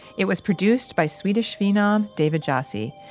it was produced by swedish phenom david jassy,